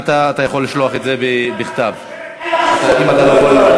אתה יכול לשלוח את זה בכתב אם אתה לא יכול לענות,